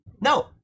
No